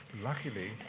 Luckily